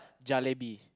jalebi